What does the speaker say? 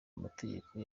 amategeko